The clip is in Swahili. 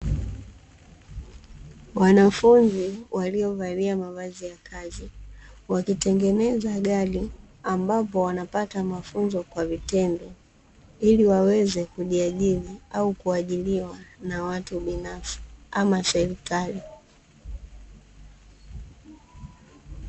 Wanafunzi waliovalia mavazi ya kazi, wakitengeneza gari, ambapo wanapata mafunzo kwa vitendo, ili waweze kujiajiri au kuajiriwa na watu binafsi ama serikali.